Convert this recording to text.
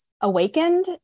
awakened